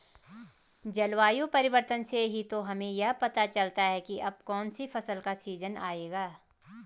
जलवायु परिवर्तन से ही तो हमें यह पता चलता है की अब कौन सी फसल का सीजन आयेगा